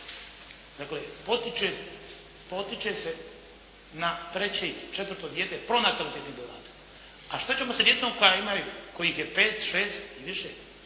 Dakle, potiče se na treće i četvrto dijete pronatalitetnim dodatkom. A što ćemo sa djecom kojih je pet, šest i više?